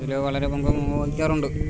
അതിൽ വളരെ മുമ്പും ഉപയോഗിക്കാറുണ്ട്